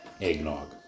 eggnog